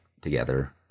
together